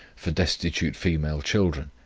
for destitute female children,